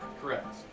Correct